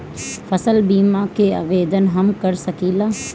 फसल बीमा के आवेदन हम कर सकिला?